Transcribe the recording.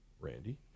Randy